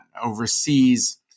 overseas